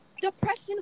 depression